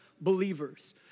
believers